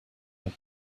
had